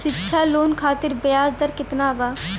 शिक्षा लोन खातिर ब्याज दर केतना बा?